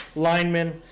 linemen,